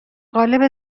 قالب